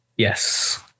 Yes